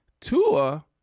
Tua